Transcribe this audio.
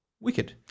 wicked